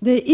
Det